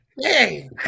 Hey